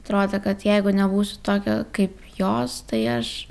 atrodė kad jeigu nebūsiu tokia kaip jos tai aš